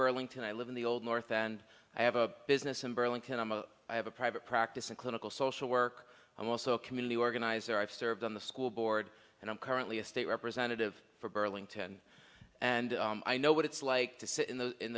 burlington i live in the old north and i have a business in burlington i'm a i have a private practice and clinical social work i'm also a community organizer i've served on the school board and i'm currently a state representative for burlington and i know what it's like to sit in the in